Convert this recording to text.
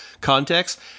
context